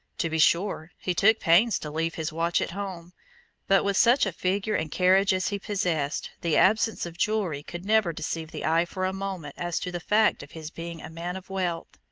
to be sure he took pains to leave his watch at home but with such a figure and carriage as he possessed, the absence of jewelry could never deceive the eye for a moment as to the fact of his being a man of wealth,